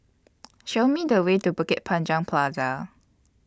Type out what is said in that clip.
Show Me The Way to Bukit Panjang Plaza